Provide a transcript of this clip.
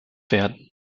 werden